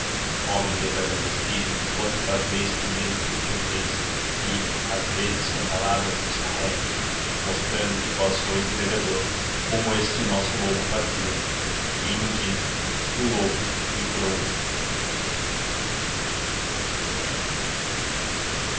pagar homem desagradecido quanto fazeis por elle tudo perdeis e ás vezes com palavras vos carrega mostrando que vós sois o devedor como este nosso lobo fazia l k